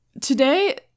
today